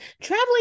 traveling